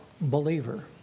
believer